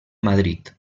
madrid